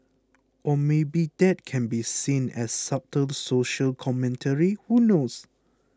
or maybe that can be seen as subtle social commentary who knows